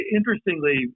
Interestingly